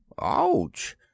Ouch